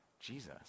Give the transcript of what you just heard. Jesus